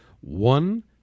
one